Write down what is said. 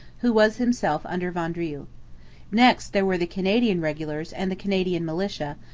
who was himself under vaudreuil. next, there were the canadian regulars and the canadian militia,